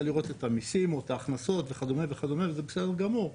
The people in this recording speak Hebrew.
לראות את המיסים או את ההכנסות זה בסדר גמור,